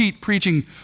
preaching